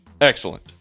Excellent